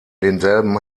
denselben